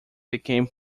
became